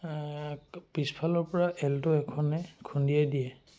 পিছফালৰ পৰা এল্টো এখনে খুন্দিয়াই দিয়ে